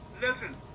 Listen